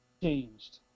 changed